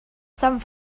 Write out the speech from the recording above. sant